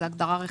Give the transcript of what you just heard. זה הגדרה רחבה.